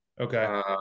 Okay